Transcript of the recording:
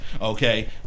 Okay